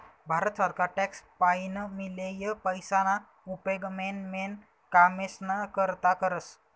भारत सरकार टॅक्स पाईन मियेल पैसाना उपेग मेन मेन कामेस्ना करता करस